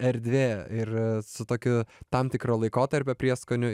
erdvė ir su tokiu tam tikro laikotarpio prieskoniu